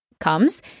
comes